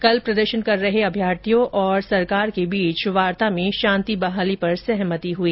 कल प्रदर्शन कर रहे अभ्यर्थियों और सरकार के बीच वार्ता में शांति बहाली पर सहमंति हुई